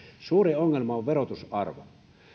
suurin ongelma on verotusarvo